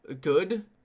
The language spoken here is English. good